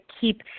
keep